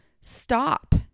stop